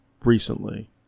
recently